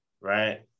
right